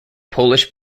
polish